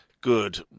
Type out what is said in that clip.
good